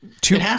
two